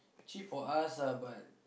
cheap for us ah but